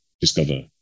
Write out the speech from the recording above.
discover